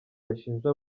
bashinja